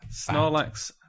Snorlax